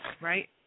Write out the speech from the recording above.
right